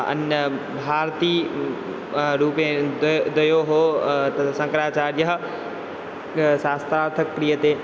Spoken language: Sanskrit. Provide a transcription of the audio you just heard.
अन्य भारती रूपे द्वयोः द्वयोः तद् शङ्कराचार्यः शास्त्रार्थं क्रियते